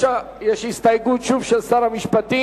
ולו יש הסתייגות, שוב, של שר המשפטים.